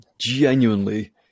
genuinely